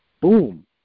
boom